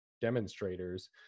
demonstrators